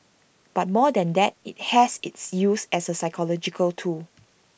but more than that IT has its use as A psychological tool